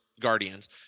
Guardians